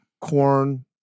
Corn